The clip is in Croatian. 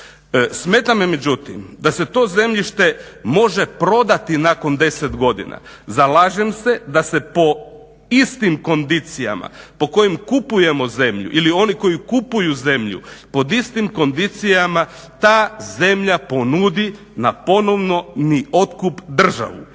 Smeta me međutim da se to zemljište može prodati nakon deset godina. Zalažem se da se po istim kondicijama po kojim kupujemo zemlju ili oni koji kupuju zemlju pod istim kondicijama ta zemlja ponudi na ponovni otkup državi.